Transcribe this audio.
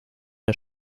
der